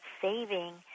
saving